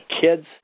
kids